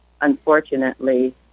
unfortunately